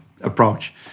approach